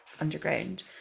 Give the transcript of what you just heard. underground